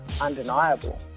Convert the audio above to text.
undeniable